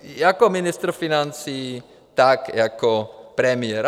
Jako ministr financí, tak jako premiér.